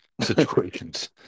situations